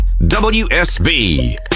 WSB